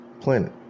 planet